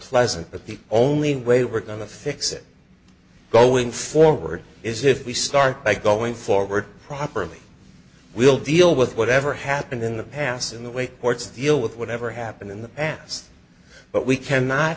pleasant but the only way we're going to fix it going forward is if we start by going forward properly we'll deal with whatever happened in the past in the way courts deal with whatever happened in the past but we cannot